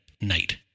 night